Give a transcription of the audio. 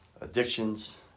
addictions